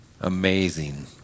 Amazing